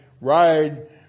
ride